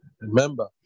Remember